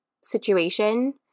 situation